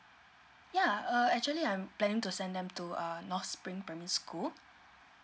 ya uh actually I'm planning to send them to uh north spring primary school